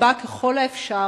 מספר רב ככל האפשר